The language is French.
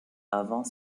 avant